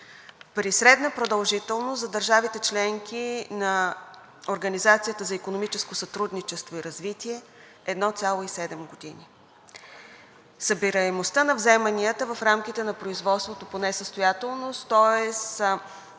при средна продължителност за държавите – членки на Организацията за икономическо сътрудничество и развитие, е 1,7 години. Събираемостта на вземанията в рамките на производството по несъстоятелност, тоест